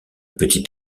petit